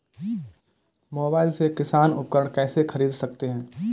Mobile से किसान उपकरण कैसे ख़रीद सकते है?